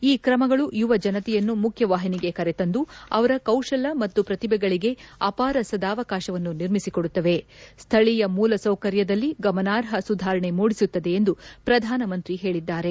ಈ ಕ್ರಮಗಳು ಯುವ ಜನತೆಯನ್ನು ಮುಖ್ಯವಾಹಿನಿಗೆ ಕರೆತಂದು ಅವರ ಕೌಶಲ ಮತ್ತು ಪ್ರತಿಭೆಗಳಗೆ ಅಪಾರ ಸದವಕಾಶಗಳನ್ನು ನಿರ್ಮಿಸಿಕೊಡುತ್ತವೆ ಸ್ಥಳೀಯ ಮೂಲ ಸೌಕರ್ಯದಲ್ಲಿ ಗಮನಾರ್ಹ ಸುಧಾರಣೆ ಮೂಡಿಸುತ್ತದೆ ಎಂದು ಪ್ರಧಾನಮಂತ್ರಿ ಹೇಳಿದ್ದಾರೆ